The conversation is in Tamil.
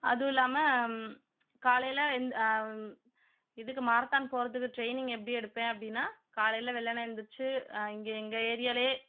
அதுவும் இல்லாமல் காலையில் எந் இதுக்கு மாரத்தான் போகிறதுக்கு ட்ரெயினிங் எப்படி எடுப்பேன் அப்படின்னா காலையில் வெள்ளன எழுந்திரிச்சி இங்கே எங்கே ஏரியலேயே